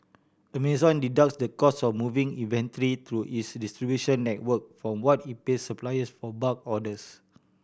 Amazon deducts the cost of moving inventory through its distribution network from what it pays suppliers for bulk orders